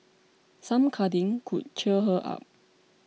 some cuddling could cheer her up